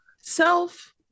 self